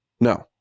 No